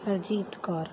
Harjeet Kaur